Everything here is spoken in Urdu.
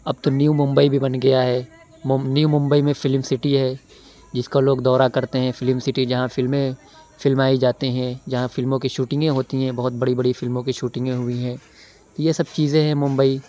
اب تو نیو ممبئی بھی بن گیا ہے نیو ممبئی میں فلم سٹی ہے جس کا لوگ دورہ کرتے ہیں فلم سٹی جہاں فلمیں فلمائی جاتے ہیں جہاں فلموں کی شوٹنگیں ہوتی ہیں بہت بڑی بڑی فلموں کی شوٹنگیں ہوئیں ہیں یہ سب چیزیں ہیں ممبئی